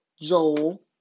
Joel